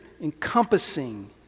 encompassing